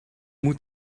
moet